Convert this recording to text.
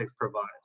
provides